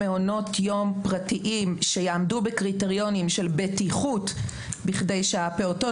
מעונות יום פרטיים שיעמדו בקריטריונים של בטיחות בכדי שהפעוטות,